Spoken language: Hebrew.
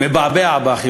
ומבעבע בך,